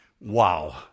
Wow